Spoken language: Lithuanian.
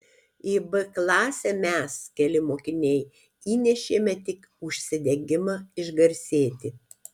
į b klasę mes keli mokiniai įnešėme tik užsidegimą išgarsėti